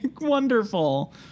Wonderful